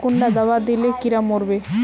कुंडा दाबा दिले कीड़ा मोर बे?